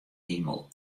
himel